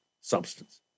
substance